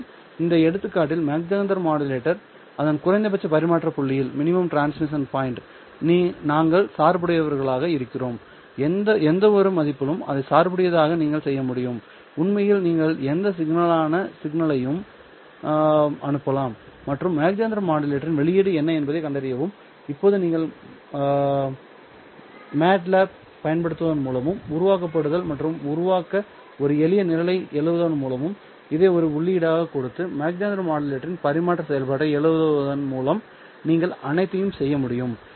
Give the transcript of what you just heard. எனவே இந்த எடுத்துக்காட்டில் மாக் ஜெஹெண்டர் மாடுலேட்டரை அதன் குறைந்தபட்ச பரிமாற்ற புள்ளியில் நாங்கள் சார்புடையவர்களாக இருக்கிறோம்எந்தவொரு மதிப்பிலும் அதை சார்புடையதாக நீங்கள் செய்ய முடியும் உண்மையில் நீங்கள் எந்த சிக்கலான சிக்னலயும் அனுப்பலாம் மற்றும் மாக் ஜெஹெண்டர் மாடுலேட்டரின் வெளியீடு என்ன என்பதைக் கண்டறியவும் இப்போது நீங்கள் மேட்லாப்பைப் பயன்படுத்துவதன் மூலமும் உருவகப்படுத்துதல் மற்றும் உருவாக்க ஒரு எளிய நிரலை எழுதுவதன் மூலமும் இதை ஒரு உள்ளீடாகக் கொடுத்து மாக் ஜெஹெண்டர் மாடுலேட்டரின் பரிமாற்ற செயல்பாட்டை எழுதுவதன் மூலமும் நீங்கள் அனைத்தையும் செய்ய முடியும்